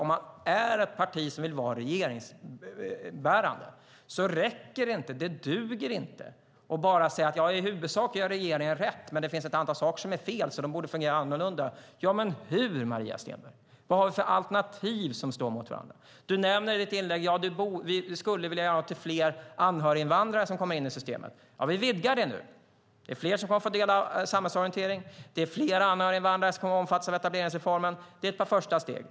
Om man är ett parti som vill vara regeringsbärande räcker det inte - det duger inte - att säga att i huvudsak gör regeringen rätt men det finns ett antal saker som är fel och som borde fungera annorlunda. Hur, Maria Stenberg? Vilka alternativ står mot varandra? Du säger i ditt inlägg att du skulle vilja att fler anhöriginvandrare kom in i systemet. Vi vidgar det nu. Det är fler som kommer att få ta del av samhällsorientering. Det är fler anhöriginvandrare som kommer att omfattas av etableringsreformen. Det är ett par första steg.